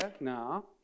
now